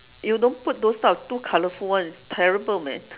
you don't put those type of too colourful ones terrible man